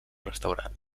restaurant